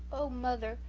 oh, mother,